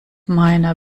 meiner